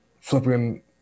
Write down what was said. Flipping